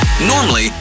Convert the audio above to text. Normally